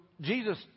Jesus